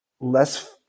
less